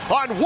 on